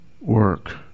work